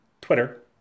Twitter